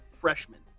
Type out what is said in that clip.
freshman